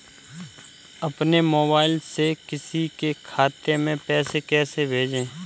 अपने मोबाइल से किसी के खाते में पैसे कैसे भेजें?